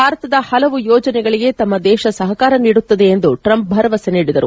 ಭಾರತದ ಪಲವು ಯೋಜನೆಗಳಿಗೆ ತಮ್ಮ ದೇಶ ಸಹಕಾರ ನೀಡುತ್ತದೆ ಎಂದು ಟ್ರಂಪ್ ಭರವಸೆ ನೀಡಿದರು